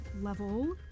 level